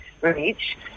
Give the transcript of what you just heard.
reach